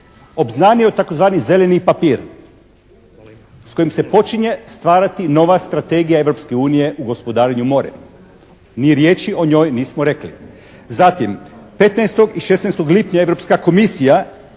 obznanio tzv. zeleni papir s kojim se počinje stvarati nova strategija Europske unije u gospodarenju morem? Ni riječi o njoj nismo rekli. Zatim, 15. i 16. lipnja Europska